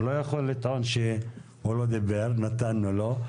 הוא לא יכול לטעון שהוא לא דיבר, נתנו לו.